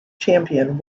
champion